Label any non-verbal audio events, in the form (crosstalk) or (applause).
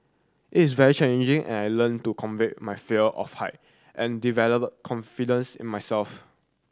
it is very challenging and I learnt to (unintelligible) my fear of height and develop confidence in myself